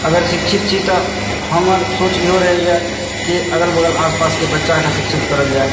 अगर शिक्षित छी तऽ हमर सोच इहो रहैए कि अगल बगल आसपासके बच्चाकेँ शिक्षित करल जाय